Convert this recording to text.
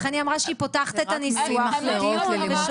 לכן היא אמרה שהיא פותחת את הניסוח לדיון ושואלת.